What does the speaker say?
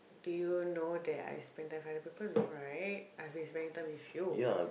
do you know that I spend time with other people no right I've been spending time with you